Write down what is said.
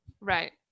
Right